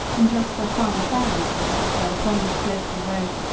and just by farmer sparrow's house, where the pond is close to the road,